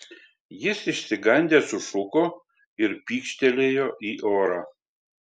jis išsigandęs sušuko ir pykštelėjo į orą